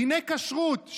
דיני כשרות,